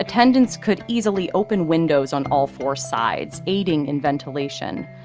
attendants could easily open windows on all four sides, aiding in ventilation.